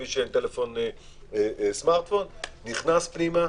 למי שאין סמרטפון, ונכנסים פנימה.